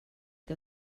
que